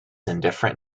indifferent